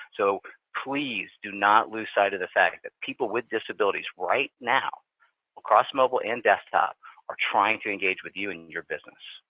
so please do not lose sight of the fact that people with disabilities right now across mobile and desktop are trying to engage with you in your business.